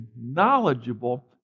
knowledgeable